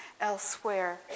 elsewhere